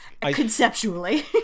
Conceptually